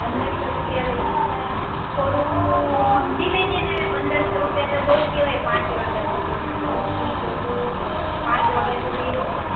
પંદર સો રૂપિયા લઈશ થોડું સમજી લેજેને હવે પંદર સો રૂપિયા તો બહુ કહેવાય પાંચ વાગ્યા સુધીમાં નવથી તો તું પાંચ વાગ્યા સુધી રોકા